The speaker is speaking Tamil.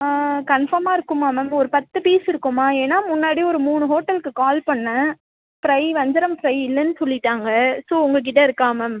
கன்ஃபாமாக இருக்குமா மேம் ஒரு பத்து பீஸ்ஸு இருக்குமா ஏன்னால் முன்னாடி ஒரு மூணு ஹோட்டல்க்கு கால் பண்ணுணேன் ஃப்ரை வஞ்சரம் ஃப்ரை இல்லைனு சொல்லிட்டாங்க ஸோ உங்ககிட்ட இருக்கா மேம்